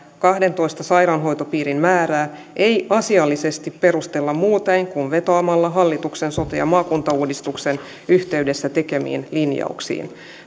kahdentoista sairaanhoitopiirin määrää ei asiallisesti perustella muuten kuin vetoamalla hallituksen sote ja maakuntauudistuksen yhteydessä tekemiin linjauksiin